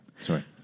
sorry